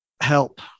help